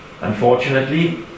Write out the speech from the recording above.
unfortunately